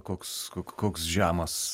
koks koks žemas